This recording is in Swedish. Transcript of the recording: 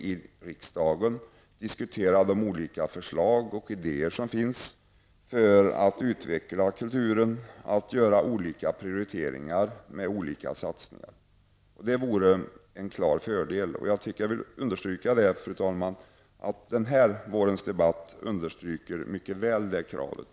I riksdagen borde vi diskutera de framlagda idéerna och förslagen till utveckling av kulturen och därvid göra prioriteringar på olika satsningar. En sådan ordning skulle vara en klar fördel, och jag anser som sagt, fru talman, att den här vårens debatt mycket väl understryker det kravet.